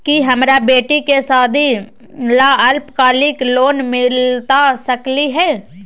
का हमरा बेटी के सादी ला अल्पकालिक लोन मिलता सकली हई?